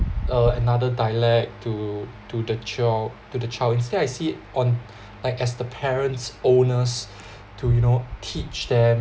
uh another dialect to to the chor~ to the child instead I see it on like as the parents onus to you know teach them